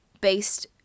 based